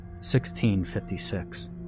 1656